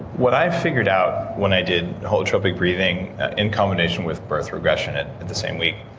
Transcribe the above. what i figured out when i did holotropic breathing in combination with birth regression in the same week,